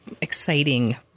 exciting